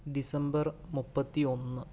December മുപ്പത്തിയൊന്ന്